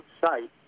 site